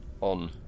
on